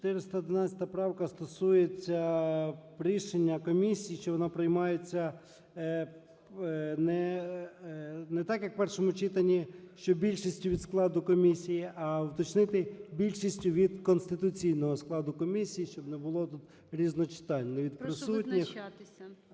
411 правка стосується рішення комісії, що воно приймається не так, як в першому читанні, що більшості від складу комісії, а уточнити, "більшості від конституційного складу комісії". Щоб не було тут різночитань ні від присутніх…